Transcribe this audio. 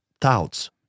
doubts